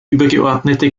übergeordnete